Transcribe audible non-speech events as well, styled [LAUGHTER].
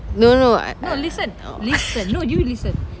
no no no I I oh [NOISE]